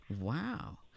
Wow